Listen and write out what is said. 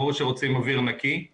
ברור שרוצים אוויר נקי אבל